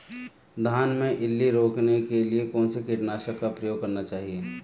धान में इल्ली रोकने के लिए कौनसे कीटनाशक का प्रयोग करना चाहिए?